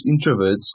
introverts